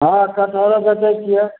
हँ कठहरो बेचै छियै